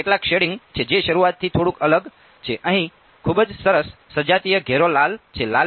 તેમાં કેટલાક શેડિંગ છે જે શરૂઆતથી થોડું અલગ છે અહીં ખૂબ જ સરસ સજાતીય ઘેરો લાલ છે